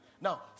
Now